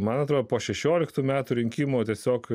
man atrodo po šešioliktų metų rinkimų tiesiog